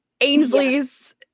Ainsley's